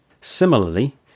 Similarly